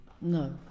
No